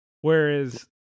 whereas